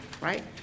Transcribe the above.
right